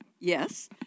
yes